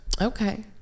Okay